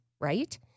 right